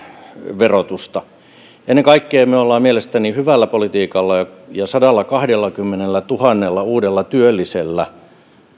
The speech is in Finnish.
verotusta ennen kaikkea me olemme mielestäni hyvällä politiikalla ja ja sadallakahdellakymmenellätuhannella uudella työllisellä